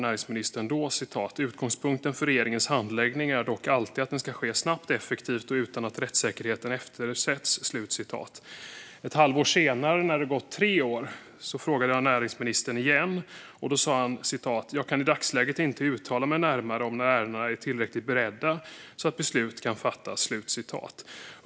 Näringsministern svarade då att "utgångspunkten för regeringens handläggning är dock alltid att den ska ske snabbt, effektivt och utan att rättssäkerheten eftersätts". Ett halvår senare, när det hade gått tre år, frågade jag näringsministern igen. Då sa han: "Jag kan i dagsläget inte uttala mig närmare om när ärendena är tillräckligt beredda så att beslut kan fattas."